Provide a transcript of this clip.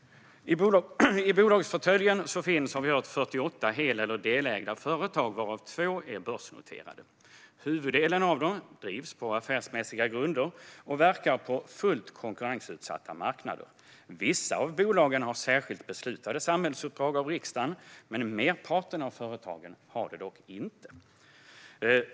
I bolagsportföljen finns, som vi har hört, 48 hel eller delägda företag, varav två är börsnoterade. Huvuddelen av dem drivs på affärsmässiga grunder och verkar på fullt konkurrensutsatta marknader. Vissa av bolagen har av riksdagen särskilt beslutade samhällsuppdrag, men merparten av företagen har det inte.